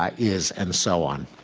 um is, and so on.